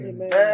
Amen